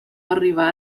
arribà